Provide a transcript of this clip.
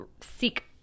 seek